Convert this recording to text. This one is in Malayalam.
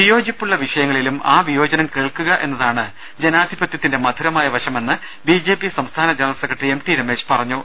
വിയോജിപ്പുളള വിഷയങ്ങളിലും ആ വിയോജനം കേൾക്കുക എന്നതാണ് ജനാധിപത്യത്തിന്റെ മധുരമായ വശമെന്ന് ബി ജെ പി സംസ്ഥാന general secretary M T Ramesh പറഞ്ഞു